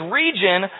region